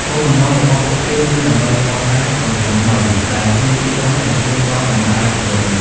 គោលបំណងរបស់ពួកគេគឺដើម្បីកសាង សង្គមថ្មី ដែលគ្មានទីក្រុង និងគ្មានទ្រព្យសម្បត្តិឯកជន។